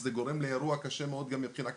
שזה גורם לאירוע קשה מאוד גם מבחינה כלכלית.